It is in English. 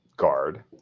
guard